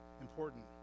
important